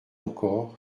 encore